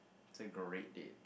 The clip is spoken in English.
it's a great date